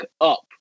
up